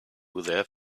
their